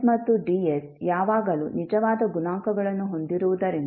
N ಮತ್ತು D ಯಾವಾಗಲೂ ನಿಜವಾದ ಗುಣಾಂಕಗಳನ್ನು ಹೊಂದಿರುವುದರಿಂದ